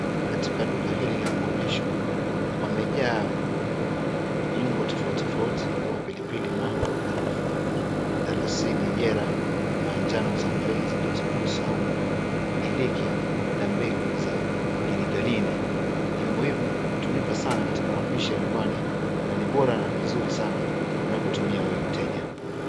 Katika duka hili la maonyesho pamejaa viungo tofauti tofauti kama pilipili manga, karafuu, mdalasini jera, manjano, tangawizi, kitunguu saumu, iliki na mbegu za giligilani. Viungo hivyo hutumika sana katika mapishi ya nyumbani na ni bora na ni vizuri sana unapotumia wewe mteja.